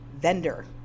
vendor